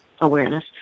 awareness